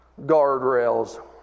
guardrails